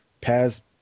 past